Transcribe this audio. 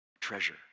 treasure